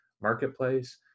marketplace